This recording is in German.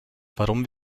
warum